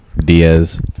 diaz